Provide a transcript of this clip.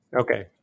Okay